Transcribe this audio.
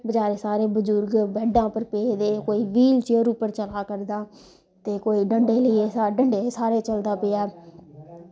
बचारे सारे बजुर्ग बैड्डा उप्पर पेदे कोई बील चेयर उप्पर चला करदा ते कोई डंडे लेइयै डंडे दे स्हारे चलदा पेआ